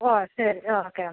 ഓ ശരി ഓക്കെ എന്നാൽ